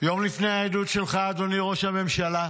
יום לפני העדות שלך, אדוני ראש הממשלה,